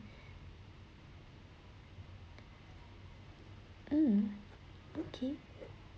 mm okay